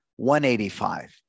$185